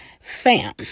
Fam